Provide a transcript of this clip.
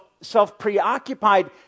self-preoccupied